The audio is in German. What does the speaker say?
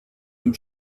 dem